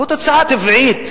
הוא תוצאה טבעית,